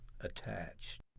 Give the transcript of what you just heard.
attached